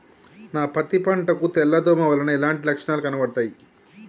నా పత్తి పంట కు తెల్ల దోమ వలన ఎలాంటి లక్షణాలు కనబడుతాయి?